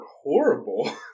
horrible